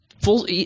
Full